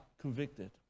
convicted